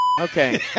Okay